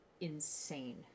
insane